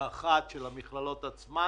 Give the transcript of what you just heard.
האחת, של המכללות עצמן